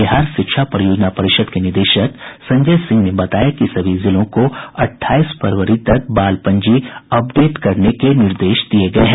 बिहार शिक्षा परियोजना परिषद के निदेशक संजय सिंह ने बताया कि सभी जिलों को अट्ठाईस फरवरी तक बाल पंजी अपडेट करने का निर्देश दिया गया है